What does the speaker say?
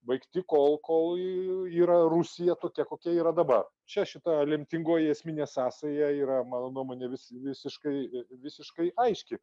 baigti kol kol yra rusija tokia kokia yra dabar čia šita lemtingoji esminė sąsaja yra mano nuomone vis visiškai visiškai aiški